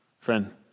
friend